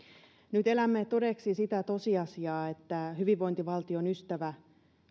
nyt elämme todeksi sitä tosiasiaa että hyvinvointivaltion ystävä